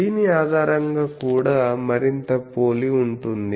దీని ఆధారంగా కూడా మరింత పోలి ఉంటుంది